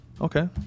Okay